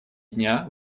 дня